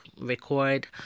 record